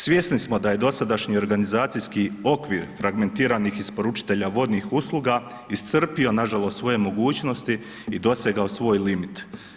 Svjesni smo da je dosadašnji organizacijski okvir fragmentiranih isporučitelja vodnih usluga iscrpio nažalost svoje mogućnosti i dosegao svoj limit.